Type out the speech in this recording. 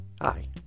Hi